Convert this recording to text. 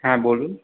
হ্যাঁ বলুন